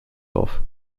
both